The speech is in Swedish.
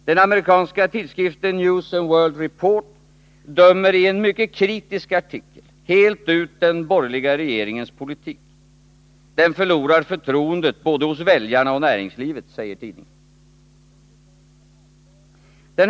Den amerikanska tidskriften News and World Report dömer i en mycket kritisk artikel ut den borgerliga regeringens politik helt — den förlorar förtroendet hos både väljarna och näringslivet, säger tidningen.